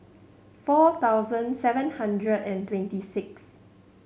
four thousand seven hundred and twenty sixth